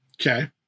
okay